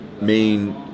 main